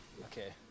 Okay